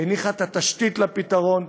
הניחה את התשתית לפתרון,